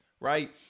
right